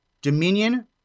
Dominion